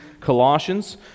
Colossians